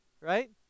Right